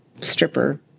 stripper